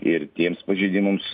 ir tiems pažeidimams